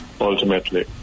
ultimately